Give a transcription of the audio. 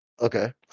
okay